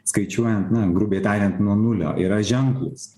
skaičiuojant na grubiai tariant nuo nulio yra ženklūs